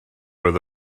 oedd